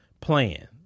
plan